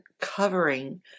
covering